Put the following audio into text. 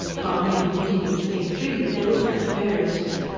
while men continue to think freely, they will judge variously.